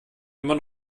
immer